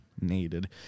needed